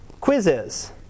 Quizzes